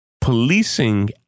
Policing